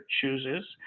chooses